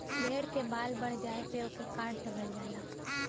भेड़ के बाल बढ़ जाये पे ओके काट देवल जाला